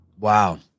Wow